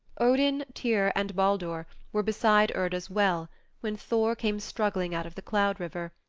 odin, tyr, and baldur were beside urda's well when thor came struggling out of the cloud river,